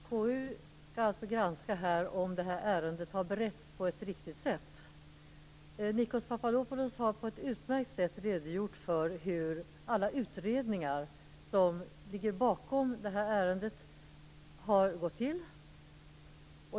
Fru talman! KU skall alltså granska om detta ärende har beretts på ett riktigt sätt. Nikos Papadopoulos har på ett utförligt sätt redogjort för hur alla utredningar som ligger till grund för det här ärendet har gått till.